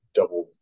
double